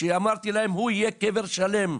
אמרתי להם הוא יהיה קבר שלם,